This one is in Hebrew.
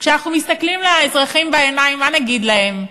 כשאנחנו מסתכלים לאזרחים בעיניים, מה נגיד להם?